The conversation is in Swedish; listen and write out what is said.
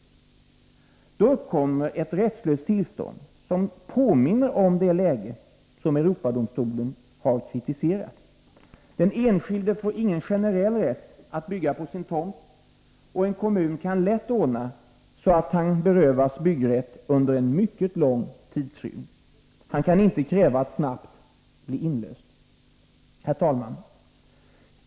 Då uppkommer ett rättslöst tillstånd som påminner om det läge som Europadomstolen har kritiserat. Den enskilde får ingen generell rätt att bygga på sin tomt, och en kommun kan lätt ordna så att han berövas byggrätt under en mycket lång tidsrymd. Han kan inte kräva att snabbt bli inlöst. Herr talman!